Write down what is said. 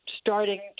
starting